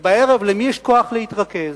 ובערב למי יש כוח להתרכז?